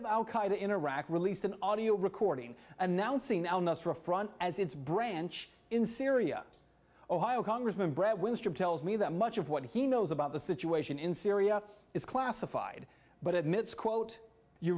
qaeda in iraq released an audio recording announcing the enough for a front as its branch in syria ohio congressman bret windstream tells me that much of what he knows about the situation in syria is classified but admits quote you